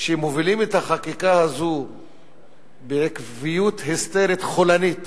שמובילים את החקיקה הזאת בעקביות היסטרית חולנית,